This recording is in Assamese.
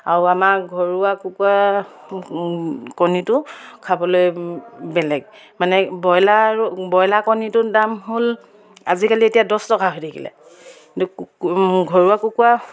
আৰু আমাৰ ঘৰুৱা কুকুৰা কণীটো খাবলৈ বেলেগ মানে ব্ৰইলাৰ আৰু ব্ৰইলাৰ কণীটোৰ দাম হ'ল আজিকালি এতিয়া দহ টকা হৈ থাকিলে কিন্তু ঘৰুৱা কুকুৰা